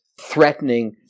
threatening